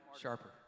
sharper